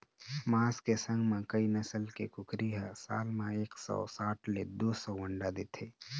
मांस के संग म कइ नसल के कुकरी ह साल म एक सौ साठ ले दू सौ अंडा देथे